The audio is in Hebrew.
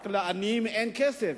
רק שלעניים אין כסף,